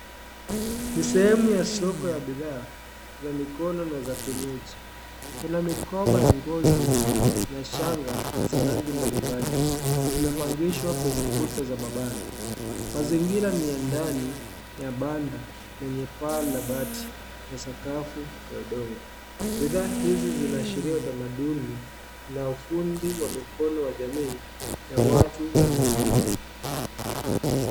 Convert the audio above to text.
Ni sehemu ya soko ya bidhaa za mikono na za kienyeji. Kuna mikoba ya ngozi, na shanga za rangi mbalimbali. Zimepangishwa kwenye kuta za mabanda. Mazingira ni ya ndani ya banda lenye paa la bati na sakafu ya udongo. Bidhaa hizi zinaashiria utamaduni na ufundi wa mikono wa jamii ya watu wa eneo hilo.